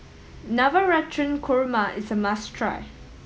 Navratan Korma is a must try